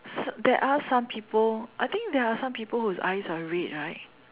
there are some people I think there are some people whose eyes are red right